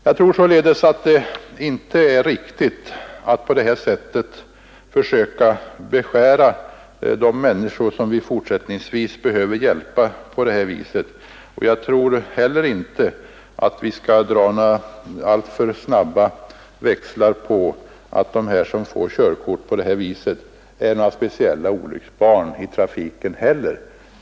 Jag tror således inte att det är riktigt att på det här sättet försöka beskära de människors möjligheter som vi fortsättningsvis behöver hjälpa. Jag tror inte heller att vi skall dra alltför snabba växlar på att de som tar körkort utan att ha gått i trafikskola skulle vara några speciella olycksbarn i trafiken.